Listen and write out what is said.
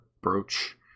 brooch